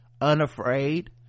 unafraid